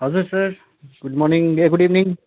हजुर sir good morning ए good evening